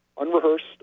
unrehearsed